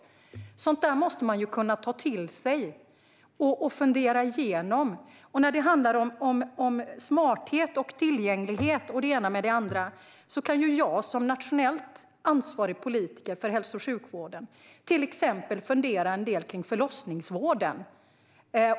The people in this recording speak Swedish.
Sådant måste man kunna ta till sig och fundera igenom. När det handlar om smarthet, tillgänglighet och det ena med det andra kan jag som nationellt ansvarig politiker för hälso och sjukvården fundera en del på exempelvis förlossningsvården.